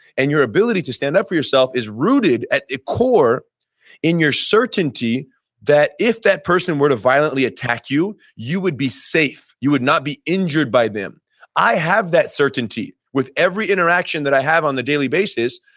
and your ability to stand up for yourself is rooted at core in your certainty that if that person were to violently attack you, you would be safe, you would not be injured by them i have that certainty. with every interaction that i have on the daily basis,